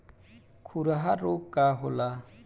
खुरहा रोग का होला?